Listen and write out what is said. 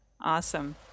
Awesome